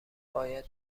باید